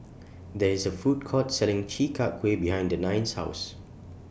There IS A Food Court Selling Chi Kak Kuih behind Denine's House